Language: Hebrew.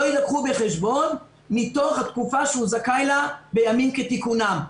לא יילקחו בחשבון מתוך התקופה שהוא זכאי לה בימים כתיקונם.